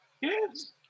yes